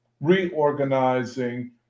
reorganizing